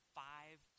five